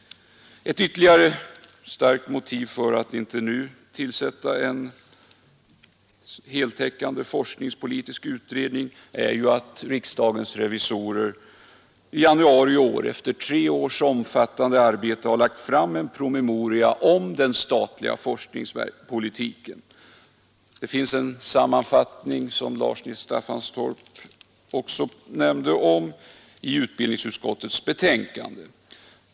Ytterligare ett starkt motiv för att inte nu tillsätta en heltäckande forskningspolitisk utredning är att riksdagens revisorer i januari i år efter tre års omfattande arbete har lagt fram en promemoria om den statliga forskningspolitiken. Som herr Larsson i Staffanstorp nämnde finns en sammanfattning av promemorian i utbildningsutskottets betänkande.